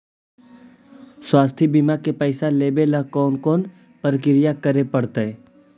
स्वास्थी बिमा के पैसा लेबे ल कोन कोन परकिया करे पड़तै?